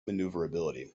maneuverability